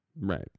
Right